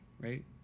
right